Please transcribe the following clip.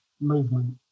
movement